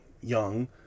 young